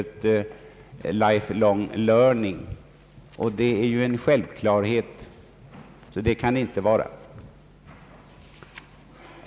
Det tillvägagångssättet är självklart, så det kan inte vara det som avses.